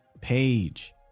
page